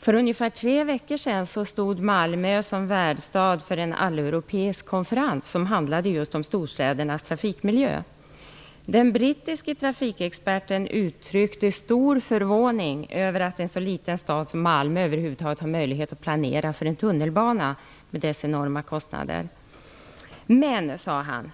För ungefär tre veckor sedan stod Malmö som värdstad för en alleuropeisk konferens, som handlade just om storstädernas trafikmiljö. Den brittiske trafikexperten uttryckte stor förvåning över att en så liten stad som Malmö över huvud taget har möjlighet att planera för en tunnelbana, med dess enorma kostnader. Men, sade han,